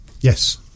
yes